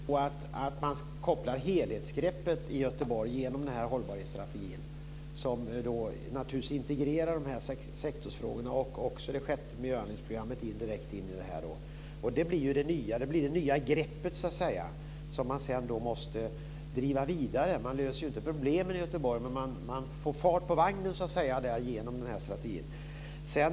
Fru talman! Till att börja med ska man koppla helhetsgreppet i Göteborg genom hållbarhetsstrategin som integrerar sektorsfrågorna och indirekt det sjätte miljöhandlingsprogrammet. Det blir det nya greppet som man måste gå vidare med. Man löser inte problemen i Göteborg, men man får så att säga fart på vagnen genom denna strategi.